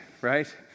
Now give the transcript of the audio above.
right